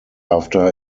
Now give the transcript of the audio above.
after